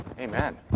Amen